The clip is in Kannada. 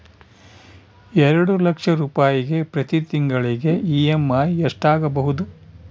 ಎರಡು ಲಕ್ಷ ರೂಪಾಯಿಗೆ ಪ್ರತಿ ತಿಂಗಳಿಗೆ ಇ.ಎಮ್.ಐ ಎಷ್ಟಾಗಬಹುದು?